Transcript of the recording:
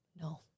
No